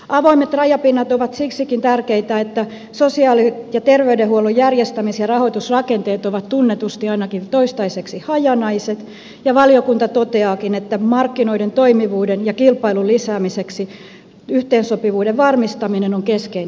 avoimet rajapinnat ovat siksikin tärkeitä että sosiaali ja terveydenhuollon järjestämis ja rahoitusrakenteet ovat tunnetusti ainakin toistaiseksi hajanaiset ja valiokunta toteaakin että markkinoiden toimivuuden ja kilpailun lisäämiseksi yhteensopivuuden varmistaminen on keskeinen edellytys